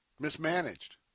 mismanaged